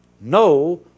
no